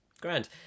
Grand